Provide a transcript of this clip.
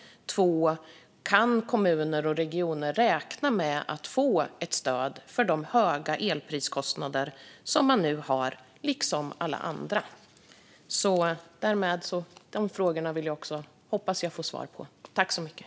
Kan kommuner och regioner räkna med att få ett stöd för de höga elpriskostnader de nu har, precis som alla andra? Jag hoppas få svar på de frågorna.